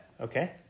okay